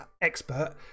expert